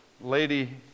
lady